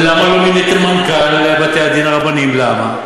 למה לא מיניתם מנכ"ל לבתי-הדין הרבניים, למה?